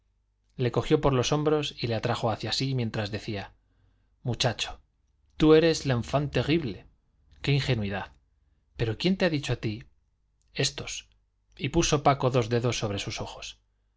le cogió por los hombros y le atrajo hacia sí mientras decía muchacho tú eres l'enfant terrible qué ingenuidad pero quién te ha dicho a ti estos y puso paco dos dedos sobre los ojos